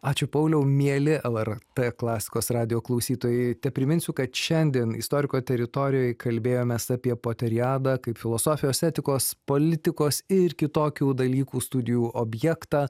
ačiū pauliau mieli lrt klasikos radijo klausytojai tepriminsiu kad šiandien istoriko teritorijoj kalbėjomės apie poteriadą kaip filosofijos etikos politikos ir kitokių dalykų studijų objektą